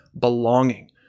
belonging